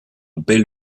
belle